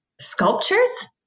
sculptures